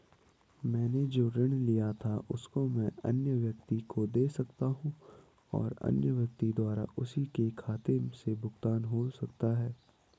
मैंने जो ऋण लिया था उसको मैं अन्य व्यक्ति को दें सकता हूँ और अन्य व्यक्ति द्वारा उसी के खाते से भुगतान हो सकता है?